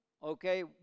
Okay